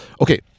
Okay